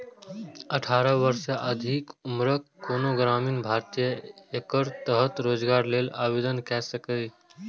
अठारह वर्ष सँ अधिक उम्रक कोनो ग्रामीण भारतीय एकर तहत रोजगार लेल आवेदन कैर सकैए